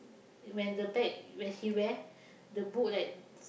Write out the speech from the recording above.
when the bag when she wear the book like